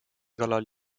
kallal